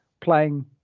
playing